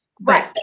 Right